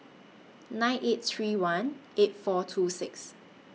nine eight three one eight four two six